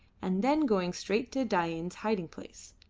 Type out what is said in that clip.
and then going straight to dain's hiding-place.